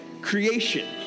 creation